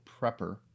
prepper